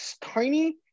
tiny